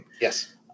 Yes